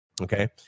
Okay